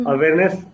Awareness